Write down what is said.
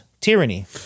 tyranny